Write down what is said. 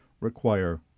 require